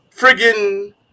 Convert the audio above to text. friggin